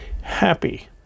happy